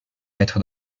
mettre